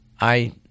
I